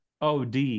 OD